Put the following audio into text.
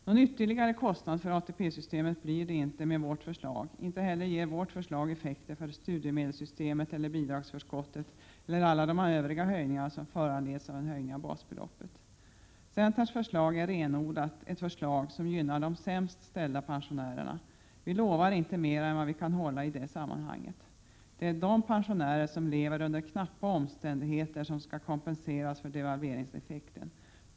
Någon ytterligare kostnad för ATP-systemet innebär inte vårt förslag. Inte heller ger vårt förslag effekter för studiemedelssystemet, bidragsförskotten eller alla de övriga höjningar som föranleds av en höjning av basbeloppet. Centerns förslag gynnar renodlat de sämst ställda pensionärerna. Vi lovar inte mer än vad vi kan hålla i det sammanhanget. Det är de pensionärer som lever under knappa omständigheter som skall kompenseras för devalveringseffekten.